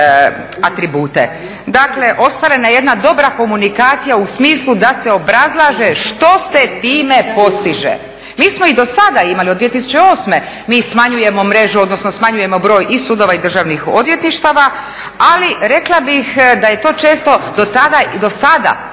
Dakle, ostvarena je jedna dobra komunikacija u smislu da se obrazlaže što se time postiže. Mi smo i do sada imali, od 2008. mi smanjujemo mrežu, odnosno smanjujemo broj i sudova i državnih odvjetništava, ali rekla bih da je to često do sada ili se